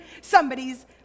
somebody's